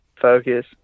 focus